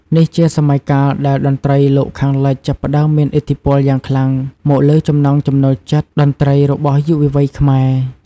នេះជាសម័យកាលដែលតន្ត្រីលោកខាងលិចចាប់ផ្តើមមានឥទ្ធិពលកាន់តែខ្លាំងមកលើចំណង់ចំណូលចិត្តតន្ត្រីរបស់យុវវ័យខ្មែរ។